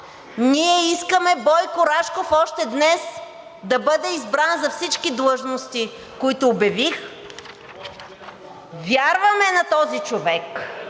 Ние искаме Бойко Рашков още днес да бъде избран за всички длъжности, които обявих. Вярваме на този човек